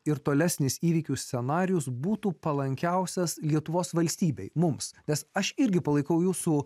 ir tolesnis įvykių scenarijus būtų palankiausias lietuvos valstybei mums nes aš irgi palaikau jūsų